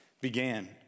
began